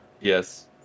yes